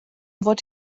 fod